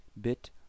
bit